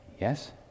yes